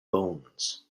bones